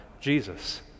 Jesus